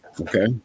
Okay